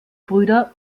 brüder